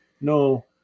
no